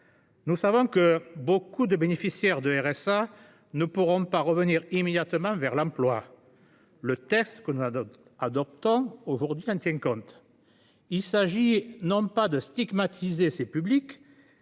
Nous savons que beaucoup de bénéficiaires du RSA ne pourront pas revenir immédiatement vers l’emploi. Le texte que nous adoptons aujourd’hui en tient compte. Il s’agit non pas de stigmatiser ces publics,